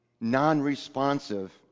non-responsive